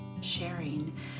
Sharing